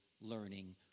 learning